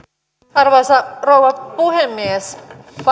arvoisa rouva puhemies